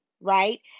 Right